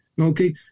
okay